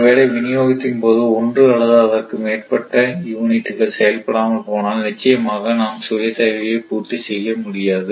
ஒருவேளை விநியோகத்தின் போது ஒன்று அல்லது அதற்கு மேற்பட்ட யூனிட்டுகள் செயல்படாமல் போனால் நிச்சயமாக நாம் சுய தேவையைப் பூர்த்தி செய்ய முடியாது